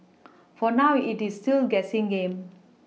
for now it is still a guessing game